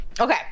Okay